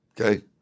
Okay